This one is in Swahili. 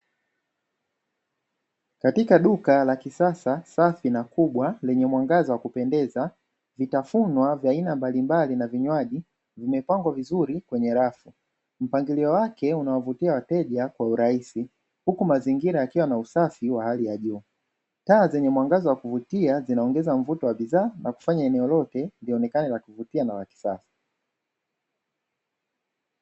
Katika duka la kisasa safi na kubwa lenye mwangaza wa kupendeza vitafunwa vya aina mbalimbali na vinywaji vimepangwa vizuri kwenye rafu. Mpangilio wake unawavutia wateja kwa urahisi huku mazingira yakiwa na usafi wa hali ya juu taa zenye mwangaza wa kuvutia zinaongeza mvuto wa bidhaa za kufanya eneo lote lilionekana la kuvutia na wa kisasa.